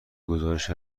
گزارش